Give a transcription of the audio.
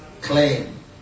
claim